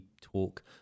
talk